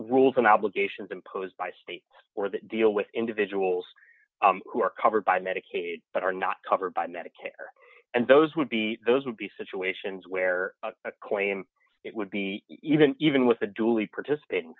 rules and obligations imposed by state or that deal with individuals who are covered by medicaid but are not covered by medicare and those would be those would be situations where a claim it would be even even with a duly participating